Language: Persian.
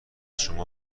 شما